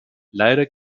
leider